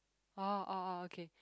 orh orh orh okay